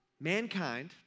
Mankind